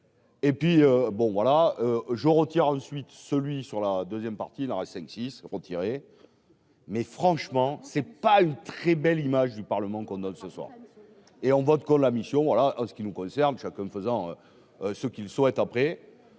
et puis bon, voilà, je retire ensuite celui sur la deuxième partie cinq six mais franchement, c'est pas une très belle image du Parlement qu'on donne ce soir et on vote quand la mission, voilà ce qui nous concerne, chacun faisant ce qu'il souhaite, après